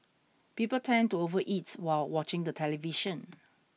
people tend to overeat while watching the television